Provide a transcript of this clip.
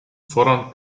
fordern